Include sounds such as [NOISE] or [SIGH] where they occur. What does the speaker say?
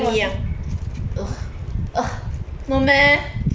[NOISE] ya lah